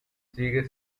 siguen